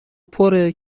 پره